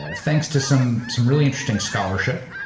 ah thanks to some some really interesting scholarship,